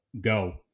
go